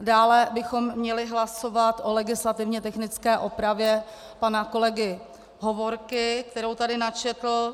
Dále bychom měli hlasovat o legislativně technické opravě pana kolegy Hovorky, kterou tady načetl.